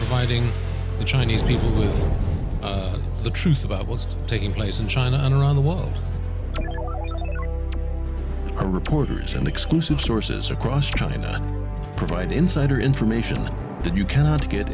hiding the chinese people is the truth about what's taking place in china and around the world are reporters and exclusive sources across china provide insider information that you cannot get